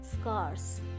scars